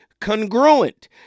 congruent